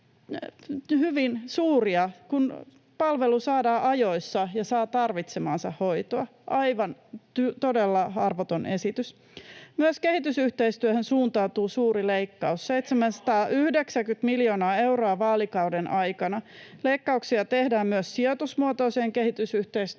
hyvin suuria, kun palvelu saadaan ajoissa ja saa tarvitsemaansa hoitoa. Aivan todella arvoton esitys. Myös kehitysyhteistyöhön suuntautuu suuri leikkaus: [Miko Bergbom: Erinomaista!] 790 miljoonaa euroa vaalikauden aikana. Leikkauksia tehdään myös sijoitusmuotoiseen kehitysyhteistyöhön,